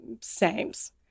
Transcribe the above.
Sames